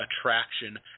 attraction